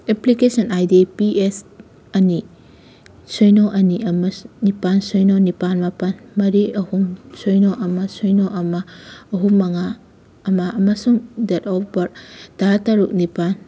application I D P S ꯑꯅꯤ ꯁꯤꯅꯣ ꯑꯅꯤ ꯑꯃ ꯅꯤꯄꯥꯜ ꯁꯤꯅꯣ ꯅꯤꯄꯥꯜ ꯃꯥꯄꯜ ꯃꯔꯤ ꯑꯍꯨꯝ ꯁꯤꯅꯣ ꯑꯃ ꯁꯤꯅꯣ ꯑꯃ ꯑꯍꯨꯝ ꯃꯉꯥ ꯑꯃ ꯑꯃꯁꯨꯡ ꯗꯦꯠ ꯑꯣꯐ ꯕꯥꯔꯠ ꯇꯔꯥꯇꯔꯨꯛ ꯅꯤꯄꯥꯜ